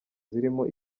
zirimo